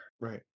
Right